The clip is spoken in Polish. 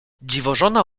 dziwożona